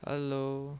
hello